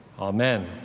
Amen